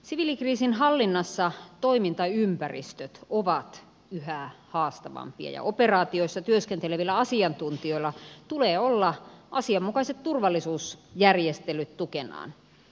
siviilikriisinhallinnassa toimintaympäristöt ovat yhä haastavampia ja operaatioissa työskentelevillä asiantuntijoilla tulee olla asianmukaiset turvallisuusjärjestelyt tukenaan